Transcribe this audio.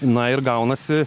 na ir gaunasi